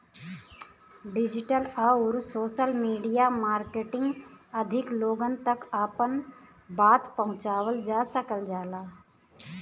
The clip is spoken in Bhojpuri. डिजिटल आउर सोशल मीडिया मार्केटिंग अधिक लोगन तक आपन बात पहुंचावल जा सकल जाला